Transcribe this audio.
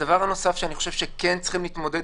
הדבר הנוסף שאני חושב שכן צריך להתמודד